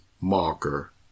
marker